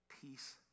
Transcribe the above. peace